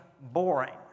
boring